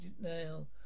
now